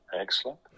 Excellent